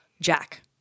Jack